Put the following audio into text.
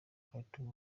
khartoum